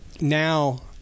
now